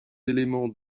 éléments